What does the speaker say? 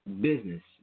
Business